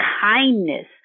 kindness